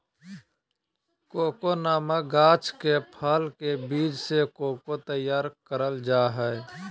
cocoa नामक गाछ के फल के बीज से कोको तैयार कइल जा हइ